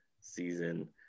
season